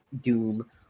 doom